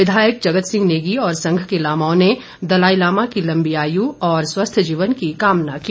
विधायक जगत सिंह नेगी और संघ के लामाओं ने दलाई लामा की लंबी आयु और स्वस्थ्य जीवन की कामना की